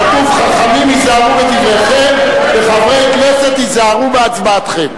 כתוב: חכמים היזהרו בדבריכם וחברי כנסת היזהרו בהצבעתכם.